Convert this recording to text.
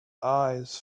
eyes